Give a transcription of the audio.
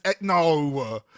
no